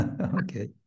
Okay